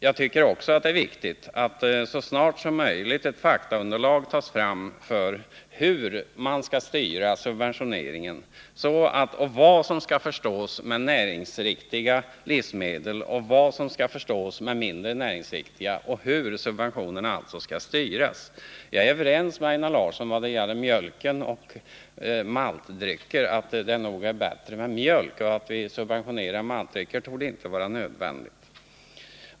Jag tycker också att det är viktigt att det så snart som möjligt tas fram ett faktaunderlag för en bedömning av hur man skall styra subventionerna och av vad som skall förstås med näringsriktiga livsmedel och hur subventionerna alltså skall styras. Jag är överens med Einar Larsson när det gäller mjölk och maltdrycker. Det är nog bättre med mjölk, och att subventionera maltdrycker torde inte vara nödvändigt.